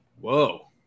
Whoa